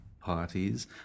parties